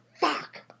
Fuck